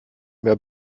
mehr